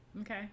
okay